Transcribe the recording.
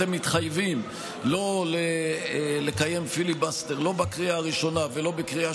אתם מתחייבים לא לקיים פיליבסטר לא בקריאה הראשונה ולא בקריאה